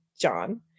John